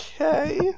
Okay